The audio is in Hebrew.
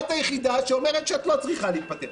את היחידה שאומרת שאת לא צריכה להתפטר.